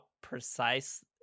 precise